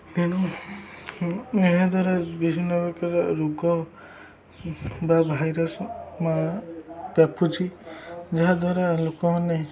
ତେଣୁ ଏହା ଦ୍ୱାରା ବିଭିନ୍ନପ୍ରକାର ରୋଗ ବା ଭାଇରସ୍ ବ୍ୟାପୁଛି ଯାହା ଦ୍ୱାରା ଲୋକମାନେ